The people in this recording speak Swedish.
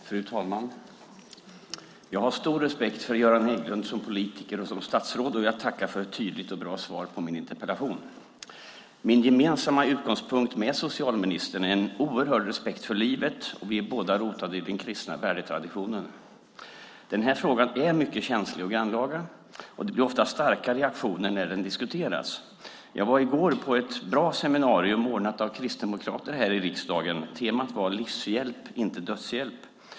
Fru talman! Jag har stor respekt för Göran Hägglund som politiker och som statsråd, och jag tackar för ett tydligt och bra svar på min interpellation. Min gemensamma utgångspunkt med socialministern är en oerhörd respekt för livet, och vi är båda rotade i den kristna värdetraditionen. Den här frågan är mycket känslig och grannlaga. Det blir ofta starka reaktioner när den diskuteras. Jag var i går på ett bra seminarium ordnat av kristdemokrater här i riksdagen. Temat var: Livshjälp - inte dödshjälp.